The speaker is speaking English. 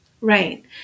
right